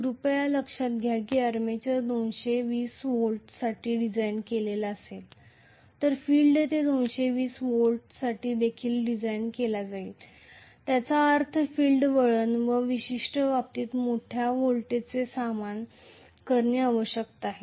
कृपया लक्षात घ्या की आर्मेचर 220 व्होल्टसाठी डिझाइन केलेले असेल तर फील्ड येथे 220 व्होल्टसाठी देखील डिझाइन केले जाईल ज्याचा अर्थ फील्ड वळण या विशिष्ट बाबतीत मोठ्या व्होल्टेजचा सामना करणे आवश्यक आहे